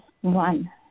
one